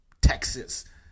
Texas